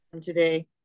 today